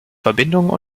verbindung